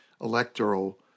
electoral